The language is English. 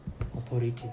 authority